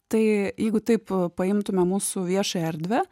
tai jeigu taip paimtume mūsų viešą erdvę